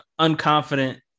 unconfident